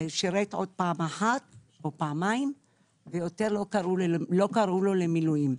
שירת עוד פעם אחת או פעמיים ויותר לא קראו לו למילואים.